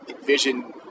envision